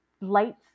lights